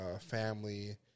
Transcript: family